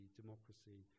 democracy